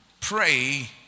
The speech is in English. Pray